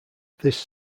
this